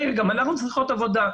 גם אנחנו צריכות עבודה.